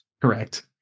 Correct